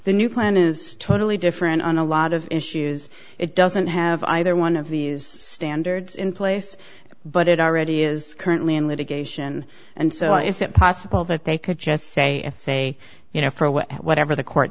the new plan is totally different on a lot of issues it doesn't have either one of these standards in place but it already is currently in litigation and so is it possible that they could just say if they you know for a way that whatever the court